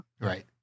Right